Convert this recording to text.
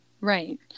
right